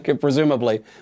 Presumably